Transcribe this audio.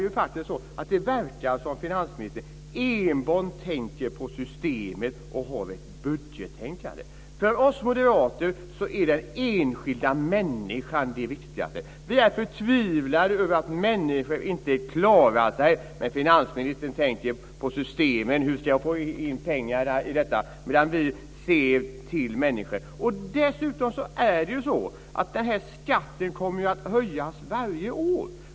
Men det verkar faktiskt som om finansministern enbart tänker på systemet och har ett budgettänkande. För oss moderater är den enskilda människan det viktigaste. Vi är förtvivlade över att människor inte klarar sig, men finansministern tänker på systemen och på hur han ska få in pengar. Vi ser till människor. Dessutom kommer skatten att höjas varje år.